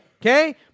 Okay